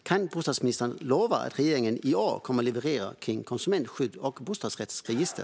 Kan bostadsministern lova att regeringen i år kommer att leverera när det gäller konsumentskydd och bostadsrättsregister?